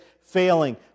failing